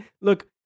Look